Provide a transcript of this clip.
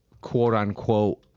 quote-unquote